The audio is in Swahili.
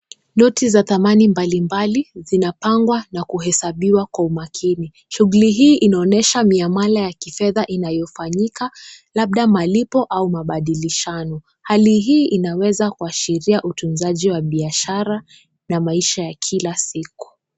Noti za thamani mbali mbali zinapangwa na kuhesabiwa kwa umakini. Shughuli hii inaonyesha miamala ya kifedha inayofanyika labda malipo au mabadilishano. Hali hii inaweza kuashiria utunzaji wa biashara na maisha ya kila siku.